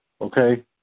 okay